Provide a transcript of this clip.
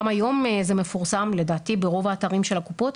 היום זה מפורסם לדעתי ברוב האתרים של הקופות,